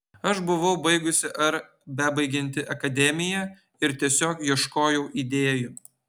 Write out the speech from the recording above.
aš buvau baigusi ar bebaigianti akademiją ir tiesiog ieškojau idėjų